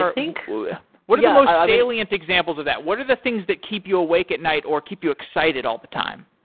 think what are the most salient examples of that? what are the things that keep you awake at night or keep you excited all the time?